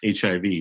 HIV